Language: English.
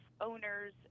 owners